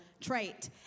trait